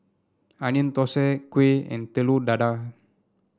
Onion Thosai Kuih and Telur Dadah